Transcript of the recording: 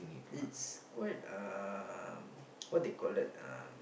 it's quite um what they call that um